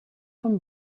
from